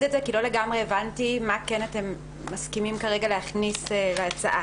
את זה כי לא לגמרי הבנתי מה אתם כן מסכימים כרגע להכניס להצעה.